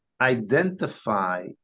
identify